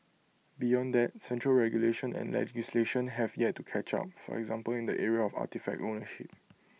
beyond that central regulation and legislation have yet to catch up for example in the area of artefact ownership